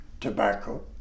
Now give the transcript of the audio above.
tobacco